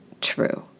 true